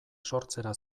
sortzera